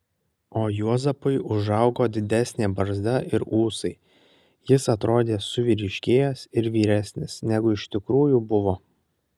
o juozapui užaugo didesnė barzda ir ūsai jis atrodė suvyriškėjęs ir vyresnis negu iš tikrųjų buvo